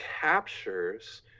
captures